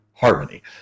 harmony